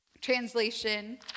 translation